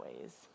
ways